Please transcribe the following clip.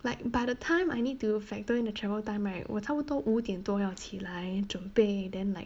like by the time I need to factor in the travel time right 我差不多五点多要起来准备 then like